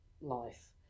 life